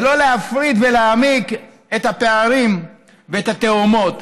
ולא להפריד ולהעמיק את הפערים ואת התהומות.